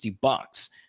bucks